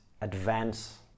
advance